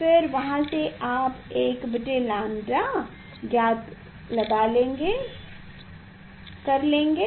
फिर वहाँ से आप 1लैम्ब्डा ज्ञात कर सकते हैं